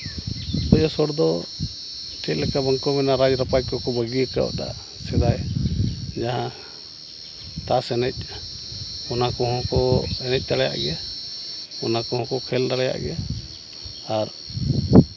ᱵᱮᱥ ᱦᱚᱲ ᱫᱚ ᱪᱮᱫ ᱞᱮᱠᱟ ᱵᱚᱱ ᱠᱚᱢ ᱮᱱᱟ ᱨᱟᱡᱽᱼᱨᱟᱯᱟᱡᱽ ᱠᱚᱠᱚ ᱵᱟᱹᱜᱤ ᱠᱟᱣᱫᱟ ᱥᱮ ᱡᱟᱦᱟᱸ ᱪᱟᱥ ᱮᱱᱮᱡ ᱚᱱᱟ ᱠᱚᱦᱚᱸ ᱠᱚ ᱮᱱᱮᱡ ᱫᱟᱲᱮᱭᱟᱜ ᱜᱮᱭᱟ ᱚᱱᱟ ᱠᱚᱦᱚᱸ ᱠᱚ ᱠᱷᱮᱞ ᱫᱟᱲᱮᱭᱟᱜ ᱜᱮᱭᱟ ᱟᱨ